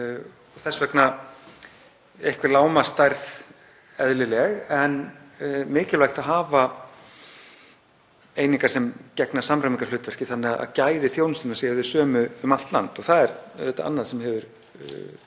Þess vegna er einhver lágmarksstærð eðlileg en það er mikilvægt að hafa einingar sem gegna samræmingarhlutverki þannig að gæði þjónustunnar séu þau sömu um allt land. Það er auðvitað annað sem hefur